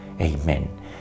Amen